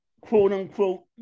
quote-unquote